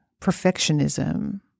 perfectionism